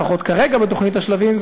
לפחות כרגע בתוכנית השלבים,